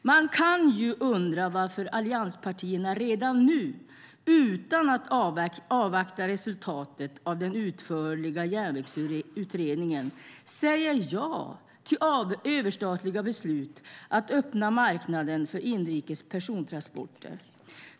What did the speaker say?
Man kan ju undra varför allianspartierna redan nu, utan att avvakta resultatet av den utförliga järnvägsutredningen, säger ja till överstatliga beslut om att öppna marknaden för inrikes persontransporter.